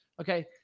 Okay